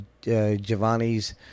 Giovanni's